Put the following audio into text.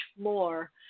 more